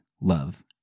love